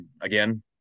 again